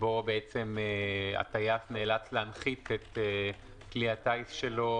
שבו הטייס נאלץ להנחית את כלי הטיס שלו